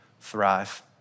thrive